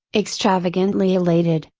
extravagantly elated,